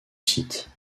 site